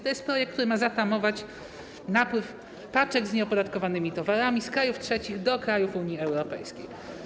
To jest projekt, który ma zatamować napływ paczek z nieopodatkowanymi towarami z krajów trzecich do krajów Unii Europejskiej.